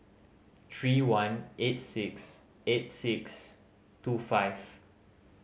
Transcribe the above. three one eight six eight six two five